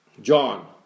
John